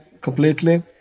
completely